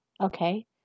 okay